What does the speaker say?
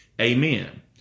amen